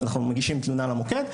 אנחנו מגישים תלונה למוקד,